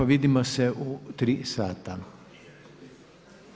Vidimo se u tri sata.